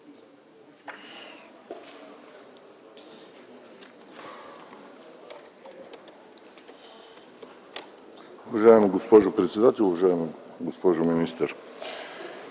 Уважаеми господин председател, уважаеми господин министър,